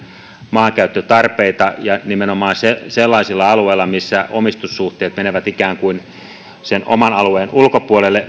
maankäyttötarpeita ja nimenomaan sellaisilla alueilla missä omistussuhteet menevät ikään kuin sen oman alueen ulkopuolelle